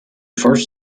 first